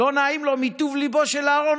לא נעים לו מטוב ליבו של אהרן,